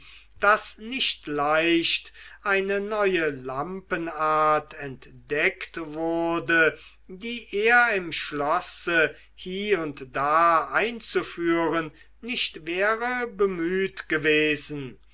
daß nicht leicht eine neue lampenart entdeckt wurde die er im schlosse hie und da einzuführen nicht wäre bemüht gewesen